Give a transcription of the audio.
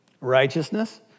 righteousness